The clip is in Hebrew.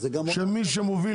שמי שמוביל